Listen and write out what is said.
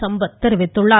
சம்பத் தெரிவித்துள்ளார்